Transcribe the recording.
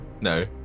no